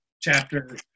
chapter